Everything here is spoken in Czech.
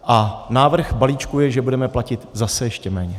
A návrh balíčku je, že budeme platit zase ještě méně.